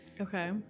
Okay